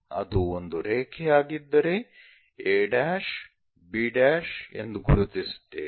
ಅದು ಒಂದು ರೇಖೆಯಾಗಿದ್ದರೆ a b' ಎಂದು ಗುರುತಿಸುತ್ತೇವೆ